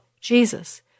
Jesus